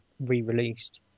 Re-released